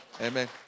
Amen